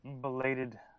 belated